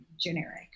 generic